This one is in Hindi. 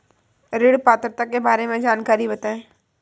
ऋण पात्रता के बारे में जानकारी बताएँ?